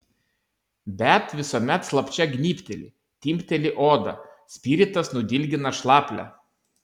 bet visuomet slapčia gnybteli timpteli odą spiritas nudilgina šlaplę